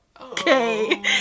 okay